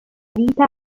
vita